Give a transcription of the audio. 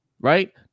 right